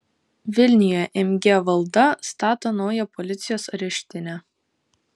vilniuje mg valda stato naują policijos areštinę